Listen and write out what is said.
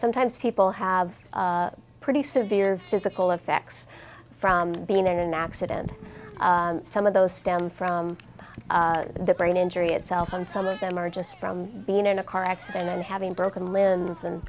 sometimes people have pretty severe physical effects from being in an accident some of those stem from the brain injury itself and some of them are just from being in a car accident and having broken limbs and